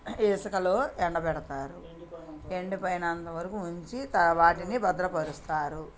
ఇసుకలో ఎండబెడతారు ఎండిపోయినంత వరకు ఉంచి వాటిని భద్రపరుస్తారు